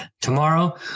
tomorrow